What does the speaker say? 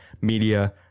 media